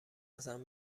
ازم